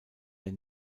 der